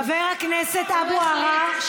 חבר הכנסת אבו עראר,